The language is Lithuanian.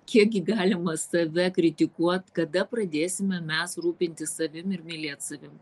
kiekgi galima save kritikuot kada pradėsime mes rūpintis savim ir mylėt savim